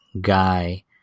guy